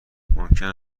ممکن